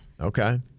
Okay